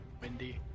windy